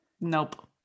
Nope